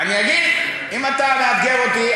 אם אתה מאתגר אתי,